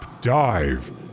dive